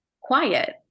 quiet